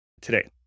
today